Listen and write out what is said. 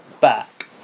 back